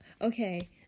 Okay